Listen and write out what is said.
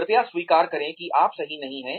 कृपया स्वीकार करें कि आप सही नहीं हैं